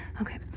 Okay